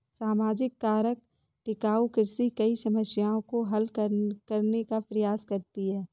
सामाजिक कारक टिकाऊ कृषि कई समस्याओं को हल करने का प्रयास करती है